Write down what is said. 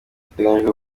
biteganijwe